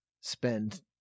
Spend